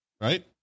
right